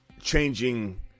changing